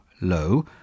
low